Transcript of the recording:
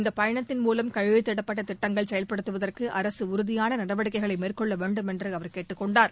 இந்த பயணத்தின் மூலம் கையெழுத்திடப்பட்ட திட்டங்களை செயல்படுத்துவதற்கு அரசு உறுதியான நடவடிக்கைகளை மேற்கொள்ள வேண்டுமென்று அவர் கேட்டுக் கொண்டார்